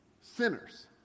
sinners